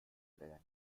leider